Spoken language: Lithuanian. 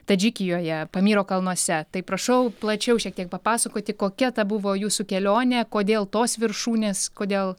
tadžikijoje pamyro kalnuose tai prašau plačiau šiek tiek papasakoti kokia ta buvo jūsų kelionė kodėl tos viršūnės kodėl